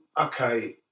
okay